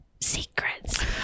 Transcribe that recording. Secrets